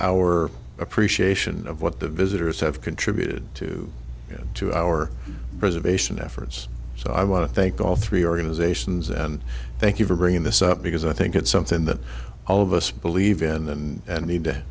our appreciation of what the visitors have contributed to to our preservation efforts so i want to thank all three organizations and thank you for bringing this up because i think it's something that all of us believe in and and need to